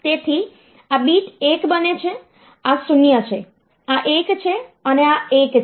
તેથી આ બીટ 1 બને છે આ 0 છે આ 1 છે અને આ 1 છે